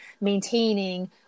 maintaining